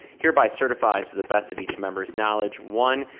hereby certifies to the best of each member's knowledge, one,